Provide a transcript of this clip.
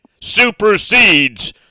supersedes